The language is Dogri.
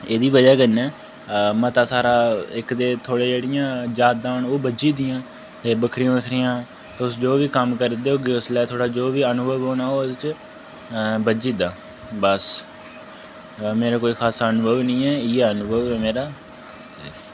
एह्दी बजह् कन्नै अ मता सारा इक ते थुआढ़ियां जेह्ड़ियां यादां न ओह् बज्झी दियां ते बक्खरी बक्खरियां तुस जो बी कम्म करदे होगे उसलै थुआढ़ा जो बी अनुभव होना ओह्दे च अ बज्झी दा बस अ मेरे कोई खासा अनुभव निं ऐ इ'यै अनुभव ऐ मेरा ते